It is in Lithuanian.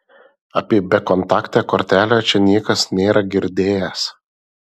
apie bekontaktę kortelę čia niekas nėra girdėjęs